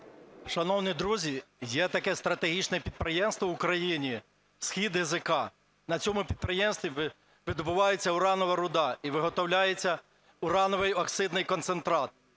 Шановні друзі, є таке стратегічне підприємство в Україні СхідГЗК. На цьому підприємстві видобувається уранова руда і виготовляється урановий оксидний концентрат.